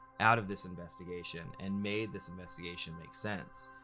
out of this investigation, and made this investigation make sense.